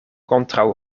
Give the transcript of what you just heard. kontraŭ